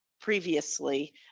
previously